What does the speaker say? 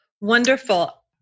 Wonderful